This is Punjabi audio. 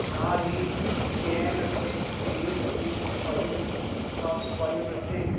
ਨਾਲ ਹੀ ਚੈਨ ਅਤੇ ਗ੍ਰੇਸ ਦੀ ਸਫਾਈ ਸਾਫ਼ ਸਫਾਈ ਅਤੇ